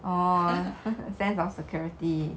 oh sense of security